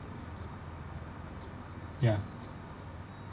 ya